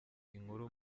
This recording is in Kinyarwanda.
inkuru